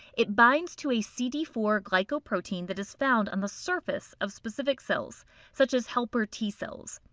it binds to a c d four glycoprotein that is found on the surface of specific cells such as helper t cells.